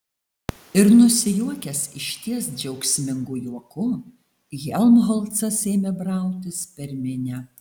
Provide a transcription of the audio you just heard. ir nusijuokęs išties džiaugsmingu juoku helmholcas ėmė brautis per minią